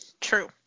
True